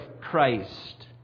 Christ